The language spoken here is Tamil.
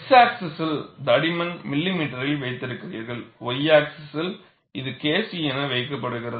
X ஆக்ஸிஸ்ஸில் தடிமன் மில்லிமீட்டரில் வைத்திருக்கிறீர்கள் Y ஆக்ஸிஸ்ஸில் இது KC என வைக்கப்படுகிறது